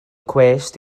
cwest